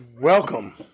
Welcome